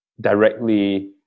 directly